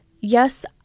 yes